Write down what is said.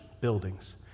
buildings